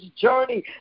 journey